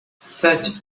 such